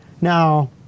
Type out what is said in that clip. Now